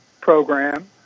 program